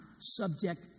subject